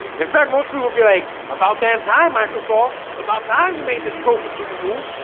in fact, most people be like about dan time microsoft. it's about time you made this pro-consumer move.